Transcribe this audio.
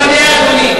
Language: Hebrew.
דיון במליאה, אדוני.